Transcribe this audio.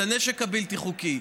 את הנשק הבלתי-חוקי.